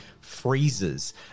freezes